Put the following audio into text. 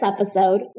episode